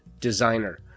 designer